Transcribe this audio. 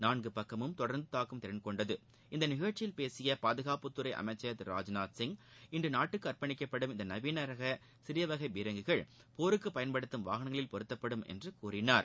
நாள்கு பக்கமும் தொடர்ந்து தாக்கும் திறன் கொண்டது இந்நிகழ்ச்சியில் பேசிய பாதுகாப்புத்துறை அமைச்ச் திரு ராஜ்நாத் சிங் இன்று நாட்டுக்கு அர்ப்பணிக்கப்படும் இந்த நவீன ரக சிறிய வகை பீரங்கிகள் போருக்கு பயன்படுத்தும் வாகனங்களில் பொருத்தப்படும் என்று கூறினார்